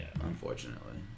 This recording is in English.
unfortunately